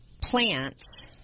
plants